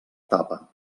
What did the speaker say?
tapa